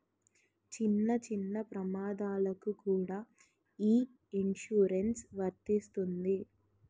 చిన్న చిన్న ప్రమాదాలకు కూడా ఈ ఇన్సురెన్సు వర్తిస్తుంది